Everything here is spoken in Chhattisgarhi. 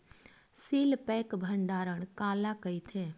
सील पैक भंडारण काला कइथे?